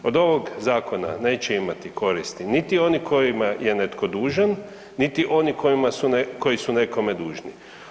Od ovog zakona neće imati koristi niti oni kojima je netko dužan, niti oni koji su nekome dužni.